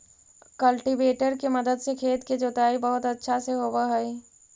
cultivator के मदद से खेत के जोताई बहुत अच्छा से होवऽ हई